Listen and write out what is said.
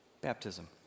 Baptism